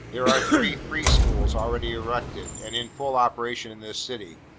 there are three free-schools already erected, and in full operation in this city.